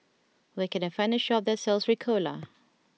where can I find a shop that sells Ricola